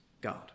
God